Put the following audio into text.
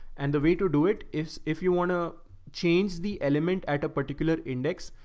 and the way to do it is if you want to change the element at a particular index,